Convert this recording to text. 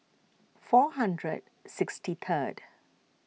four hundred sixty third